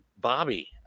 Bobby